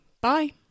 Bye